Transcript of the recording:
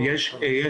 יש